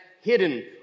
hidden